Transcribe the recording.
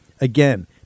Again